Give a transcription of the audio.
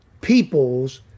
peoples